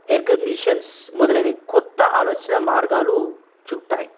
ఎర్గమినిషన్స్ మొదలని కొత్త ఆలోచన మార్గాలు చూపుతాయి